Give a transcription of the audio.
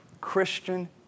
Christian